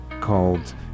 called